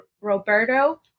Roberto